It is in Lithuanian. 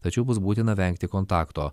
tačiau bus būtina vengti kontakto